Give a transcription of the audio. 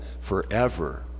forever